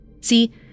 See